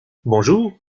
bonjour